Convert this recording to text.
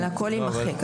אבל הכול יימחק.